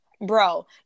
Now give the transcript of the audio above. bro